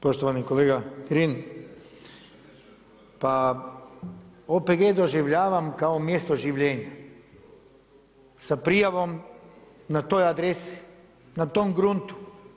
Poštovani kolega Kirin, pa OPG doživljavam kao mjesto življenja sa prijavom na toj adresi, na tom gruntu.